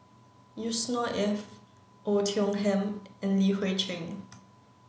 Yusnor Ef Oei Tiong Ham and Li Hui Cheng